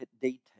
details